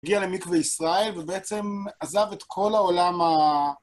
הגיע למקווה ישראל, ובעצם עזב את כל העולם ה...